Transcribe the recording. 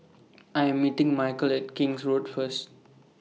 I Am meeting Michel At King's Road First